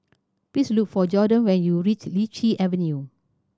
please look for Jorden when you reach Lichi Avenue